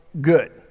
good